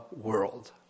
world